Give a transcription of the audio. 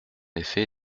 effet